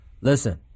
listen